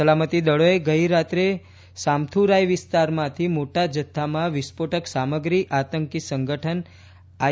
સલામતી દળોએ ગઈ રાત્રે સામંથુરાઈ વિસ્તારમાંથી મોટા જથ્થામાં વીસ્ફોટક સામત્રી આતંકી સંગઠન આઈ